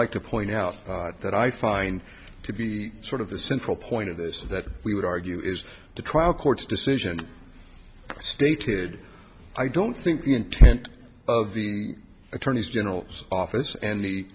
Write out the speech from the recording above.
like to point out that i find to be sort of the central point of this is that we would argue is the trial court's decision stated i don't think the intent of the attorney general's office and the